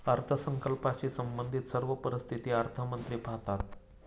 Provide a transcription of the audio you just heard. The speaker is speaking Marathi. अर्थसंकल्पाशी संबंधित सर्व परिस्थिती अर्थमंत्री पाहतात